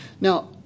Now